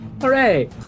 Hooray